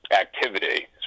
activity